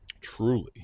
truly